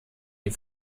die